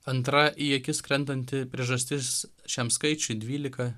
antra į akis krentanti priežastis šiam skaičiui dvylika